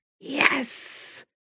yes